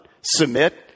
submit